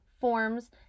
forms